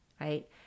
Right